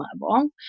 level